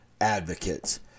advocates